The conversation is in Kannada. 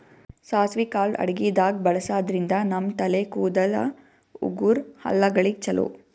ಸಾಸ್ವಿ ಕಾಳ್ ಅಡಗಿದಾಗ್ ಬಳಸಾದ್ರಿನ್ದ ನಮ್ ತಲೆ ಕೂದಲ, ಉಗುರ್, ಹಲ್ಲಗಳಿಗ್ ಛಲೋ